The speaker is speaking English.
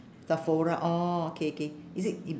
sephora orh K K is it in